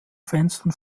fenstern